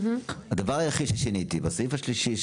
הדבר היחיד ששיניתי בסעיף השלישי,